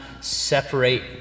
separate